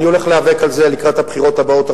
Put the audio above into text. אני הולך להיאבק על זה לקראת הבחירות הבאות.